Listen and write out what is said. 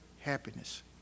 happiness